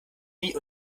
nie